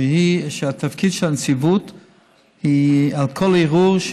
שהתפקיד שלה הוא על כל ערעור.